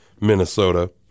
Minnesota